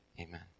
Amen